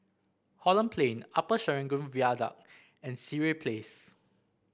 Holland Plain Upper Serangoon Viaduct and Sireh Place